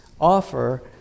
offer